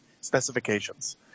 specifications